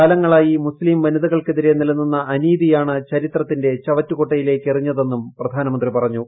കാലങ്ങളായി മുസ്തിം വനിതകൾക്കെതിരെ നിലനിന്ന അനീതിയാണ് ചരിത്രത്തിന്റെ ചവറ്റുകൊട്ടയിലേക്കെറിഞ്ഞതെന്നും പ്രധാനമന്ത്രി പറഞ്ഞു